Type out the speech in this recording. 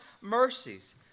mercies